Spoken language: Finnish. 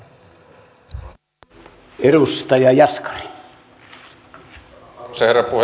arvoisa herra puhemies